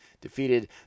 defeated